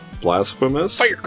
Blasphemous